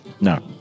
No